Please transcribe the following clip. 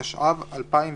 התשע"ו-2016,